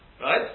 Right